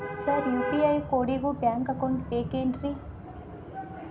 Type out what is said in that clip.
Sir UPI ಕೋಡಿಗೂ bank account ಬೇಕೆನ್ರಿ?